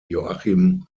joachim